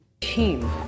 Team